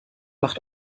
macht